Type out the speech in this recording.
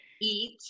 eat